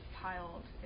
piled